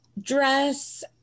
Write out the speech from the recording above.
dress